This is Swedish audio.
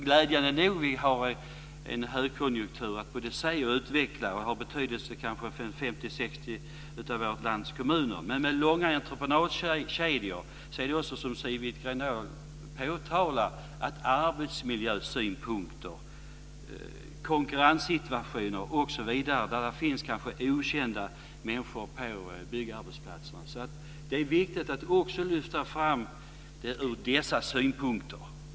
Glädjande nog har vi en högkonjunktur som kan utvecklas och har betydelse för 50-60 kommuner i vårt land. Men med långa entreprenadkedjor finns, som Siw Wittgren-Ahl påtalar, arbetsmiljösynpunkter och konkurrenssituationer med okända människor på byggarbetsplatserna. Det är viktigt att lyfta fram dessa synpunkter.